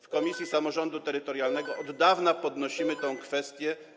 W komisji samorządu terytorialnego od dawna podnosimy tę kwestię.